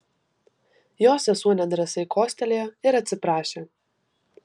jo sesuo nedrąsai kostelėjo ir atsiprašė